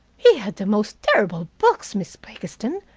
he had the most terrible books, miss blakiston.